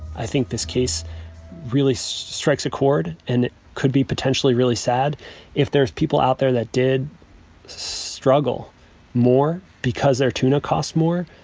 i think this case really so strikes a chord, and it could be potentially really sad if there's people out there that did struggle more because their tuna cost more.